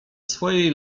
swojej